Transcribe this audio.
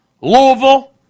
Louisville